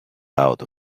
out